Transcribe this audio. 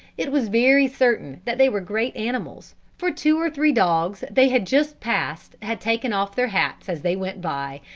it was very certain that they were great animals, for two or three dogs they had just passed had taken off their hats as they went by,